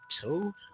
Two